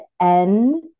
end